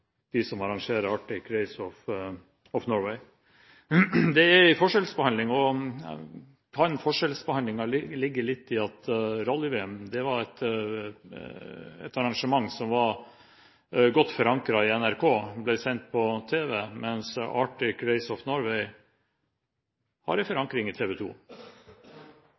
dem som arrangerer Arctic Race of Norway? Det er en forskjellsbehandling. Kan forskjellsbehandlingen ligge litt i at rally-VM var et arrangement som var godt forankret i NRK og ble sendt på tv, mens Arctic Race of Norway har en forankring i